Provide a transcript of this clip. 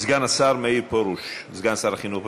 סגן השר מאיר פרוש, סגן שר החינוך.